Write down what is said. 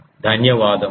ధన్యవాదాలు